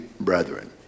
brethren